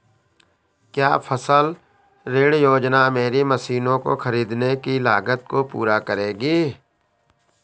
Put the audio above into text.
क्या फसल ऋण योजना मेरी मशीनों को ख़रीदने की लागत को पूरा करेगी?